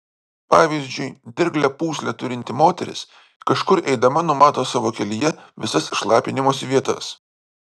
pavyzdžiui dirglią pūslę turinti moteris kažkur eidama numato savo kelyje visas šlapinimosi vietas